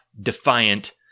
defiant